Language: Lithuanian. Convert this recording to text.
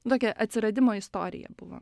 tokia atsiradimo istorija buvo